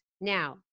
Now